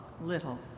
little